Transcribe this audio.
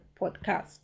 podcast